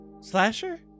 Slasher